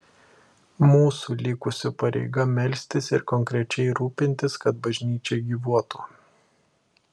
mūsų likusių pareiga melstis ir konkrečiai rūpintis kad bažnyčia gyvuotų